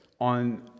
on